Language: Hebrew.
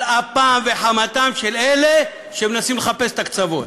על אפם וחמתם של אלה שמנסים לחפש את הקצוות.